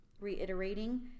reiterating